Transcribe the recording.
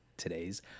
today's